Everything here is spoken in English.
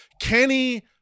Kenny –